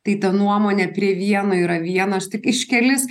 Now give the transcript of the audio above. tai ta nuomonė prie vieno yra viena aš tik iš kelis